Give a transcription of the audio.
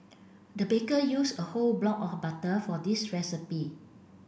the baker use a whole block of butter for this recipe